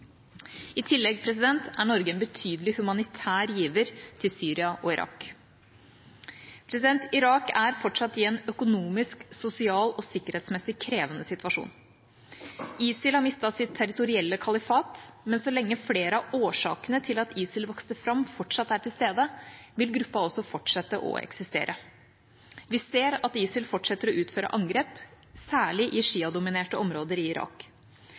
I tillegg er Norge en betydelig humanitær giver til Syria og Irak. Irak er fortsatt i en økonomisk, sosialt og sikkerhetsmessig krevende situasjon. ISIL har mistet sitt territorielle kalifat, men så lenge flere av årsakene til at ISIL vokste fram, fremdeles er til stede, vil gruppa også fortsette å eksistere. Vi ser at ISIL fortsetter å utføre angrep, særlig i sjiadominerte områder i Irak.